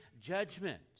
judgment